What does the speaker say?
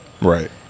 Right